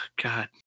God